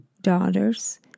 daughters